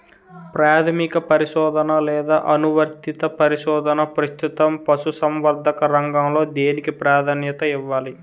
ప్రాథమిక పరిశోధన లేదా అనువర్తిత పరిశోధన? ప్రస్తుతం పశుసంవర్ధక రంగంలో దేనికి ప్రాధాన్యత ఇవ్వాలి?